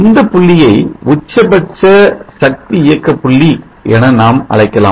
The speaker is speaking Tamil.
இந்தப் புள்ளியை உச்சபட்ச சக்தி இயக்க புள்ளி என நாம் அழைக்கலாம்